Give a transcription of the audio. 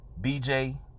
BJ